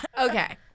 okay